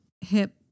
hip